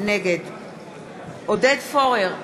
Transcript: נגד עודד פורר,